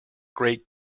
great